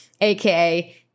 aka